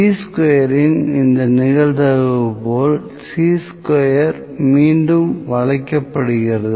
சீ ஸ்கொயரின் இந்த நிகழ்தகவு போல சீ ஸ்கொயர் மீண்டும் வளைக்கப்படுகிறது